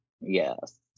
Yes